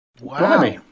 Wow